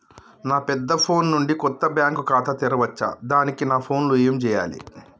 నా పెద్ద ఫోన్ నుండి కొత్త బ్యాంక్ ఖాతా తెరవచ్చా? దానికి నా ఫోన్ లో ఏం చేయాలి?